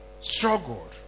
struggled